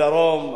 בדרום.